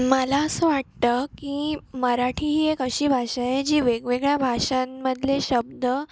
मला असं वाटतं की मराठी ही एक अशी भाषा आहे जी वेगवेगळ्या भाषांमधले शब्द